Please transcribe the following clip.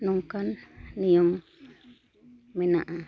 ᱱᱚᱝᱠᱟᱱ ᱱᱤᱭᱚᱢ ᱢᱮᱱᱟᱜᱼᱟ